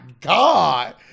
God